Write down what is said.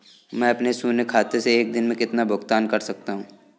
मैं अपने शून्य खाते से एक दिन में कितना भुगतान कर सकता हूँ?